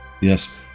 Yes